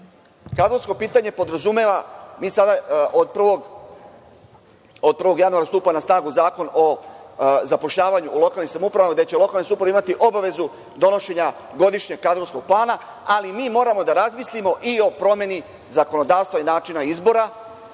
Kadrovsko pitanje podrazumeva, mi sada, od 1. januara stupa na snagu Zakon o zapošljavanju u lokalnim samouprava, gde će lokalne samouprave imati obavezu donošenja godišnjeg kadrovskog plana, ali mi moramo da razmislimo i o promeni zakonodavstva i načina izbora